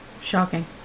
Shocking